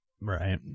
Right